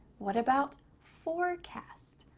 what about forecast?